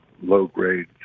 low-grade